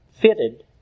fitted